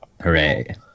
Hooray